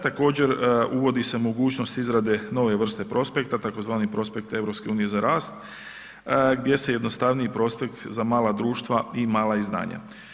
Također uvodi se mogućnost izrade nove vrste prospekta, tzv. prospekt EU za rast gdje je jednostavniji prospekt za mala društva i mala izdanja.